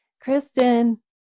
Kristen